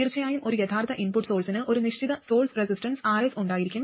തീർച്ചയായും ഒരു യഥാർത്ഥ ഇൻപുട്ട് സോഴ്സിന് ഒരു നിശ്ചിത സോഴ്സ് റെസിസ്റ്റൻസ് Rs ഉണ്ടായിരിക്കും